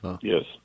Yes